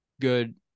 good